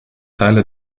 teile